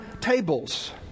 tables